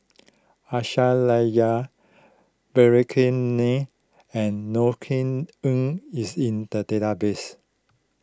Aisyah Lyana Vikram Nair and Norothy Ng is in the database